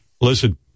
listen